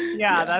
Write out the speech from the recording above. yeah,